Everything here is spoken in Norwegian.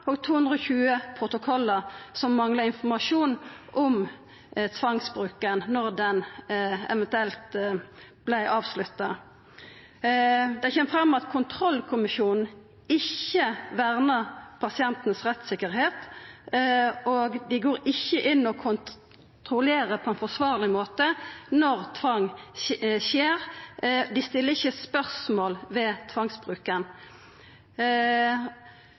og 220 protokollar som mangla informasjon om tvangsbruken, når den eventuelt vart avslutta. Det kjem fram at kontrollkommisjonen ikkje verna pasientane si rettssikkerheit, og dei går ikkje inn og kontrollerer på ein forsvarleg måte når tvang skjer, dei stiller ikkje spørsmål ved tvangsbruken.